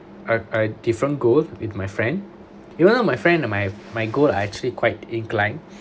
a a different goal with my friend even though my friend my my goal are actually quite inclined